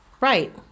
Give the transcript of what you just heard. Right